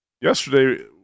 Yesterday